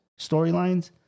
storylines